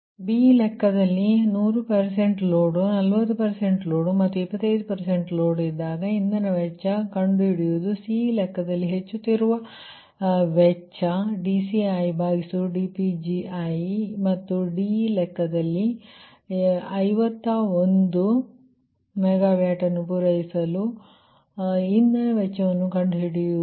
b ಲೆಕ್ಕದಲ್ಲಿ 100 load 40 load ಮತ್ತು 25 load ಇದ್ದಾಗ ಇಂಧನ ವೆಚ್ಚ ಕಂಡು ಹಿಡಿಯುವುದು c ಲೆಕ್ಕದಲ್ಲಿ ಹೆಚ್ಚುತ್ತಿರುವ ವೆಚ್ಚ dCidPgi ಮತ್ತು d ಲೆಕ್ಕದಲ್ಲಿ 51 ಮೆಗಾವ್ಯಾಟ್ ಅನ್ನು ಪೂರೈಸಲು ಇಂಧನ ವೆಚ್ಚವನ್ನು ಕಂಡುಹಿಡಿಯುವುದು